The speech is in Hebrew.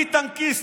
אני טנקיסט,